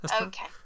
Okay